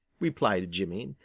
replied jimmy.